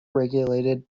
regulated